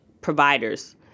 providers